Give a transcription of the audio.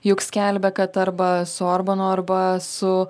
juk skelbia kad arba su orbanu arba su